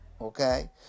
okay